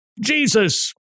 Jesus